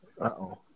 Uh-oh